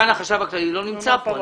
לא נמצא כאן.